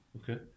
Okay